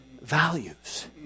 values